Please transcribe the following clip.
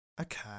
Okay